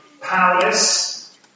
powerless